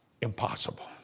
impossible